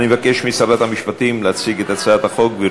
אני מבקש משרת המשפטים להציג את הצעת החוק.